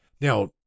Now